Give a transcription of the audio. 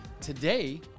Today